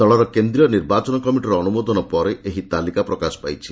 ଦଳର କେନ୍ଦ୍ରୀୟ ନିର୍ବାଚନ କମିଟିର ଅନୁମୋଦନ ପରେ ଏହି ତାଲିକା ପ୍ରକାଶ ପାଇଛି